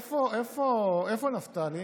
איפה נפתלי?